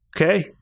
Okay